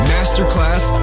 Masterclass